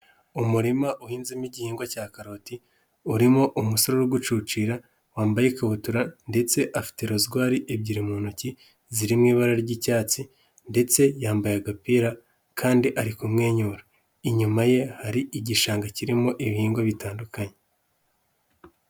Umurima uhinzemo igihingwa cya karoti, urimo umusore uri gucucira, wambaye ikabutura ndetse afite rozwari ebyiri mu ntoki ziri mu ibara ry'icyatsi ndetse yambaye agapira kandi ari kumwenyura, inyuma ye hari igishanga kirimo ibihingwa bitandukanye.